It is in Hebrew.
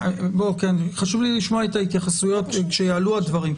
חשוב לי לשמוע את ההתייחסויות כשיעלו הדברים.